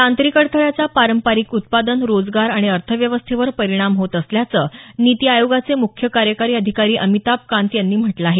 तांत्रिक अडथळ्याचा पारंपारिक उत्पादन रोजगार आणि अर्थ व्यवस्थेवर परिणाम होत असल्याचं नीति आयोगाचे मुख्य कार्यकारी अधिकारी अमिताभ कांत यांनी म्हटलं आहे